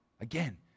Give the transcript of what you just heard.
Again